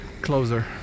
closer